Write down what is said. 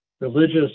religious